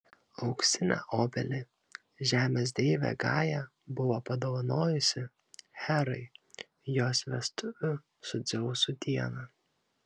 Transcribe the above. auksinę obelį žemės deivė gaja buvo padovanojusi herai jos vestuvių su dzeusu dieną